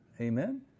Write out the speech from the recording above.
Amen